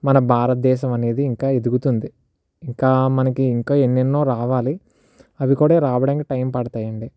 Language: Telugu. మన భారతదేశం అనేది ఇంకా ఎదుగుతుంది ఇంకా మనకి ఇంకా ఎన్నెన్నో రావాలి అవి కూడా రావడానికి టైం పడతాయండి